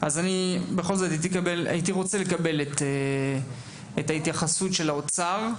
הייתי רוצה לקבל את ההתייחסות של האוצר.